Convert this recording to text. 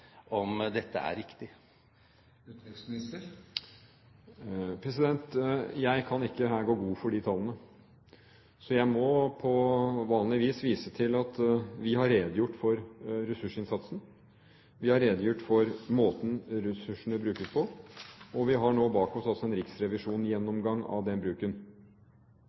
om dette er riktig. Jeg kan ikke her gå god for de tallene, så jeg må på vanlig vis vise til at vi har redegjort for ressursinnsatsen, vi har redegjort for måten ressursene brukes på, og vi har nå bak oss en riksrevisjonsgjennomgang av den bruken.